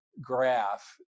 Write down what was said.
graph